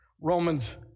Romans